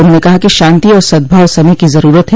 उन्होंने कहा कि शांति और सदभाव समय की जरूरत है